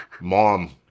mom